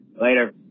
Later